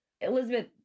Elizabeth